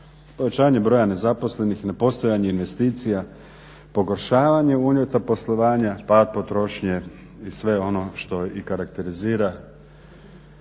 povećanje broja nezaposlenih, nepostojanje investicija, pogoršavanje uvjeta poslovanja, pad potrošnje i sve ono što i karakterizira